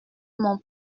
mon